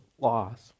loss